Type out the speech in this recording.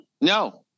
no